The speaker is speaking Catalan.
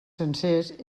sencers